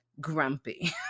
grumpy